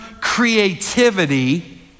creativity